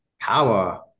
power